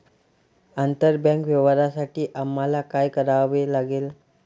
आंतरबँक व्यवहारांसाठी आम्हाला काय करावे लागेल?